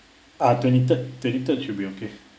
uh twenty third twenty third should be okay